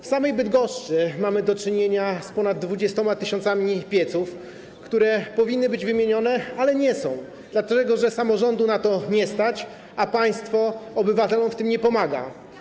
W samej Bydgoszczy mamy do czynienia z ponad 20 tys. pieców, które powinny być wymienione, ale nie są, dlatego że samorządu na to nie stać, a państwo obywatelom w tym nie pomaga.